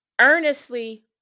earnestly